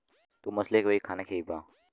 तू मछली के वही खाना खियइबा